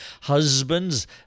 Husbands